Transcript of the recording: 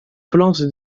plante